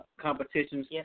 competitions